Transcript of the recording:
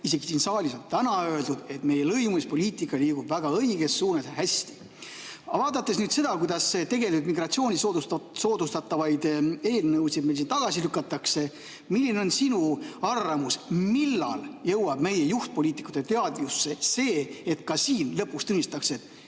isegi siin saalis on täna seda öeldud, et meie lõimumispoliitika liigub väga õiges suunas ja hästi. Aga vaadates seda, kui palju tegelikult migratsiooni soodustavaid eelnõusid meil siin tagasi lükatakse, milline on sinu arvamus, millal jõuab meie juhtpoliitikute teadvusse see, et ka siin lõpuks tunnistatakse, et